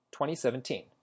2017